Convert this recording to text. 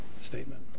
statement